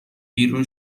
بیرون